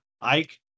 Ike